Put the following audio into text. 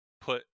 put